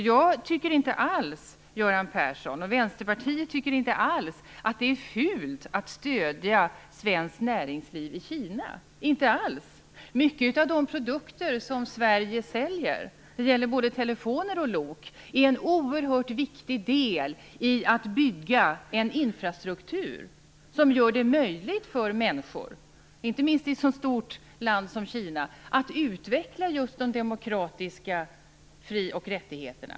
Jag tycker inte alls, Göran Persson, och Vänsterpartiet tycker inte alls att det är fult att stödja svenskt näringsliv i Kina. Det tycker vi inte alls. Många av de produkter som Sverige säljer - det gäller både telefoner och lok - är en oerhört viktig del när det gäller att bygga en infrastruktur som gör det möjligt för människor i ett så stort land som Kina att utveckla de demokratiska fri och rättigheterna.